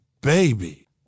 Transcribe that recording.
baby